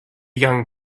young